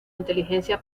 inteligencia